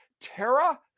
Terra